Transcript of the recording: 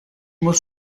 muss